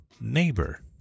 neighbor